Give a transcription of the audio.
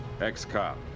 ex-cop